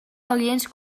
aliens